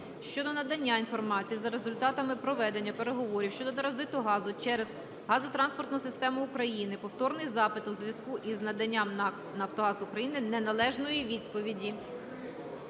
щодо надання інформації за результатами проведених переговорів щодо транзиту газу через газотранспортну систему України (Повторний запит, у зв'язку із наданням НАК "Нафтогаз України" неналежної відповіді).